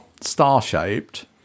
star-shaped